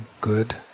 Good